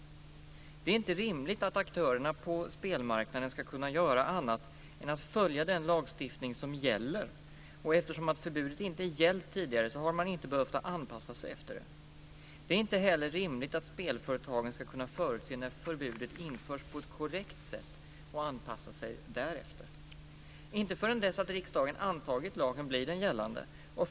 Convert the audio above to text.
Det är inte rimligt att aktörerna på spelmarknaden ska kunna göra annat än att följa den lagstiftning som gäller. Eftersom förbudet inte har gällt tidigare så har man inte heller behövt anpassa sig efter det. Det är inte heller rimligt att spelföretagen ska kunna förutse när förbudet införs på ett korrekt sätt och anpassa sig därefter. Inte förrän dess att riksdagen antagit lagen blir den gällande.